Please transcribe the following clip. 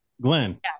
glenn